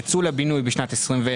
יצרו לבינוי בשנת 21'